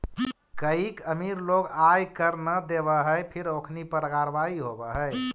कईक अमीर लोग आय कर न देवऽ हई फिर ओखनी पर कारवाही होवऽ हइ